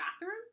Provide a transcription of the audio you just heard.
bathroom